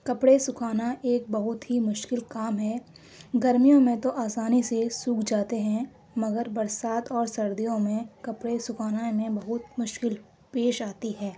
کپڑے سکھانا ایک بہت ہی مشکل کام ہے گرمیوں میں تو آسانی سے سوکھ جاتے ہیں مگر برسات اور سردیوں میں کپڑے سکھانے میں بہت مشکل پیش آتی ہے